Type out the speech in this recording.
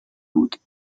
بود